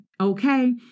Okay